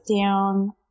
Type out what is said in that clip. down